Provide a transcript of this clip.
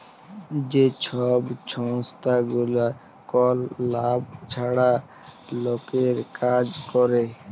যে ছব সংস্থাগুলা কল লাভ ছাড়া লকের কাজ ক্যরে